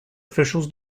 officials